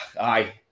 Aye